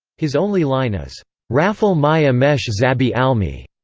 his only line is raphel mai amecche zabi almi,